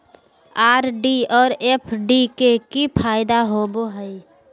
RD और FD के की फायदा होबो हइ?